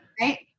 Right